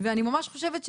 ואני ממש חושבת,